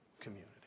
community